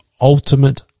ultimate